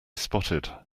spotted